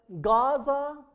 Gaza